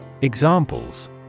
Examples